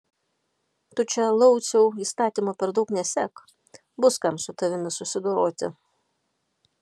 tu čia lauciau įstatymo per daug nesek bus kam su tavimi susidoroti